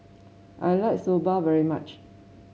I like Soba very much